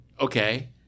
okay